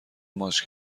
ماچ